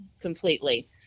completely